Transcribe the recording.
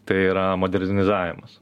tai yra modernizavimas